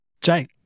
Jay